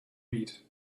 read